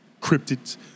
cryptids